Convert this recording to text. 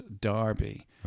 Darby